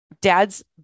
dad's